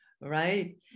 right